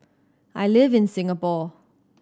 I live in Singapore